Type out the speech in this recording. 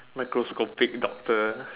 microscopic doctor